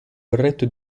berretto